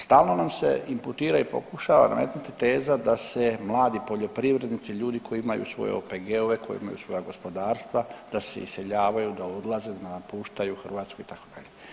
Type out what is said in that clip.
Stalno nam se imputira i pokušava nametnuti teza da se mladi poljoprivrednici, ljudi koji imaju svoje OPG-ove, koji imaju svoja gospodarstva da se iseljavaju, da odlaze, da napuštaju Hrvatsku itd.